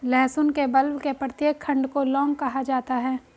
लहसुन के बल्ब के प्रत्येक खंड को लौंग कहा जाता है